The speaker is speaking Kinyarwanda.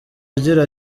agira